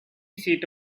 seat